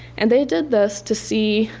and they did this to see,